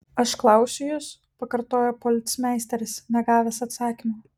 aš klausiu jus pakartojo policmeisteris negavęs atsakymo